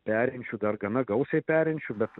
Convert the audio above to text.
perinčių dar gana gausiai perinčių bet